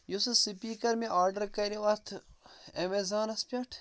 یُس حظ سُپیٖکَر مےٚ آرڈَر کَریو اَتھ اٮ۪میزانَس پٮ۪ٹھ